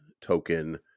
token